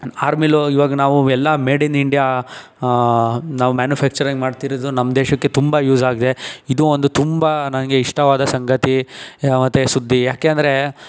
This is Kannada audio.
ಆರ್ಮಿಲು ಈವಾಗ ನಾವು ಎಲ್ಲ ಮೇಡ್ ಇನ್ ಇಂಡಿಯಾ ನಾವು ಮ್ಯಾನುಫ್ಯಾಕ್ಚರಿಂಗ್ ಮಾಡ್ತಿರೋದು ನಮ್ಮ ದೇಶಕ್ಕೆ ತುಂಬ ಯೂಸ್ ಆಗಿದೆ ಇದು ಒಂದು ತುಂಬ ನನಗೆ ಇಷ್ಟವಾದ ಸಂಗತಿ ಮತ್ತು ಸುದ್ದಿ ಯಾಕೆಂದರೆ